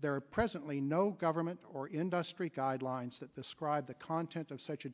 there are presently no government or industry guidelines that describe the content of such a